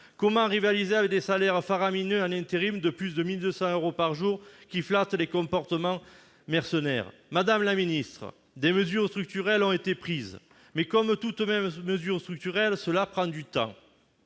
Comment rivaliser avec des salaires faramineux en intérim de plus de 1 200 euros par jour qui flattent les comportements mercenaires ? Des mesures structurelles ont été prises. Mais, comme toute mesure structurelle, cela prendra du temps.